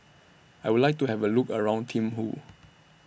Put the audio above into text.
I Would like to Have A Look around Thimphu